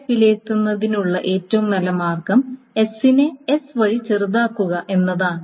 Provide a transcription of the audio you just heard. S വിലയിരുത്തുന്നതിനുള്ള ഏറ്റവും നല്ല മാർഗ്ഗം S നെ S വഴി ചെറുതാക്കുക എന്നതാണ്